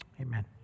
Amen